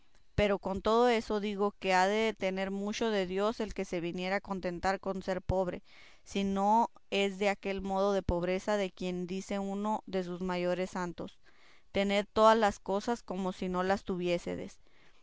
pero con todo eso digo que ha de tener mucho de dios el que se viniere a contentar con ser pobre si no es de aquel modo de pobreza de quien dice uno de sus mayores santos tened todas las cosas como si no las tuviésedes